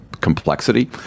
complexity